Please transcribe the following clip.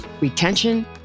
retention